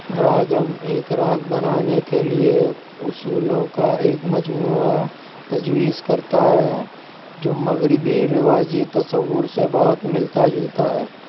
راگم ایک راگ بنانے کے لیے اصولوں کا ایک مجموعہ تجویز کرتا ہے جو مغربی رواجی تصور سے بہت ملتا جلتا ہے